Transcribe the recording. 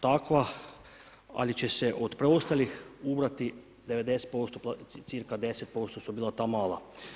Takva, ali će se od preostalih ubrati 90%, cirka 10% su bila ta mala.